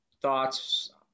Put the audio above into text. thoughts